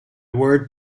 word